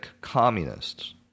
communists